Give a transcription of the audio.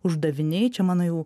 uždaviniai čia mano jau